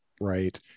right